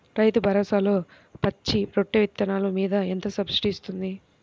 రైతు భరోసాలో పచ్చి రొట్టె విత్తనాలు మీద ఎంత సబ్సిడీ ఇస్తుంది?